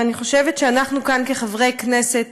ואני חושבת שאנחנו כחברי הכנסת